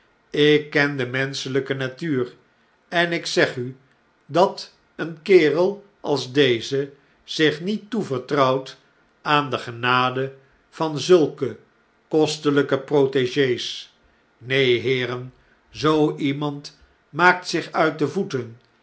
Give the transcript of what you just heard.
ik ken de menschelijke natuur en ik zeg u dat een kerel als deze zich niet toevertrouwt aan de genade van zulke kostelijke proteges neen heeren zoo iemand maakt zich uit de voeten